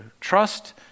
Trust